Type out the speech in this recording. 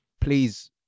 please